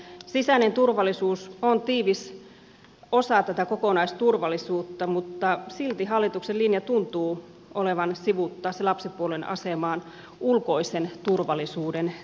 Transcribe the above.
sisäinen turvallisuus on tiivis osa tätä kokonaisturvallisuutta mutta silti hallituksen linja tuntuu olevan sivuuttaa se lapsipuolen asemaan ulkoisen turvallisuuden tieltä